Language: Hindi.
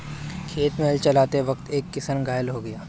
खेत में हल चलाते वक्त एक किसान घायल हो गया